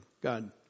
God